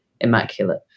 immaculate